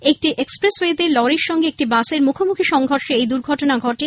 একটি এক্সপ্রেসওয়েতে লরির সঙ্গে একটি বাসের মুখোমুখি সংঘর্ষে এই দুর্ঘটনা ঘটে